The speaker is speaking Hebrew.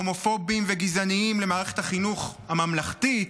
הומופוביים וגזעניים למערכת החינוך הממלכתית,